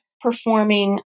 performing